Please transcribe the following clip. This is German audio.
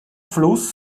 fluss